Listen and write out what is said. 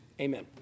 Amen